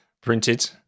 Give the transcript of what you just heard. printed